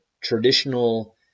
traditional